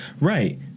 Right